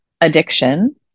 addiction